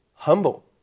Humble